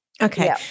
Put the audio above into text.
Okay